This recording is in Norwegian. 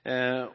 Jeg